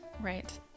Right